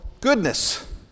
goodness